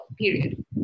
period